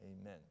Amen